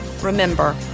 Remember